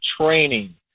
training –